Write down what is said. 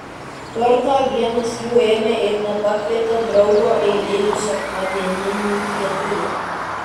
kartą vienas jų ėmė ir nepakvietė draugo eilinių sekmadieninių pietų